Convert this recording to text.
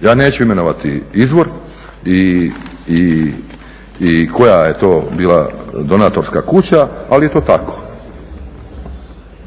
Ja neću imenovati izvor i koja je to bila donatorska kuća, ali je to tako.